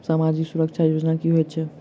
सामाजिक सुरक्षा योजना की होइत छैक?